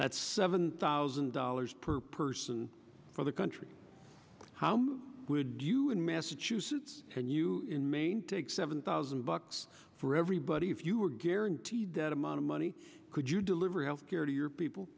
that's seven thousand dollars per person for the country how would you in massachusetts can you in maine take seven thousand bucks for everybody if you were guaranteed that amount of money could you deliver health care to your people